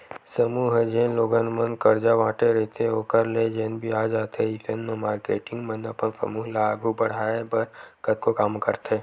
समूह ह जेन लोगन मन करजा बांटे रहिथे ओखर ले जेन बियाज आथे अइसन म मारकेटिंग मन अपन समूह ल आघू बड़हाय बर कतको काम करथे